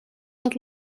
had